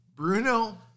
Bruno